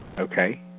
Okay